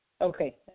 Okay